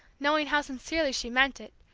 knowing how sincerely she meant it,